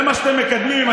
זה מה שאתם מקדמים.